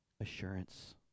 assurance